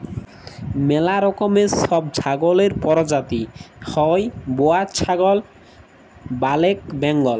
ম্যালা রকমের ছব ছাগলের পরজাতি হ্যয় বোয়ার ছাগল, ব্যালেক বেঙ্গল